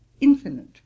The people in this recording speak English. infinite